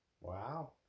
Wow